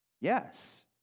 Yes